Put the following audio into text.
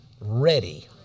ready